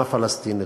טובת העם הפלסטיני,